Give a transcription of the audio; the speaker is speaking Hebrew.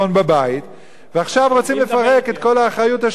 ועכשיו רוצים לפרק את כל האחריות השלטונית מהממשלה.